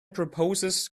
proposes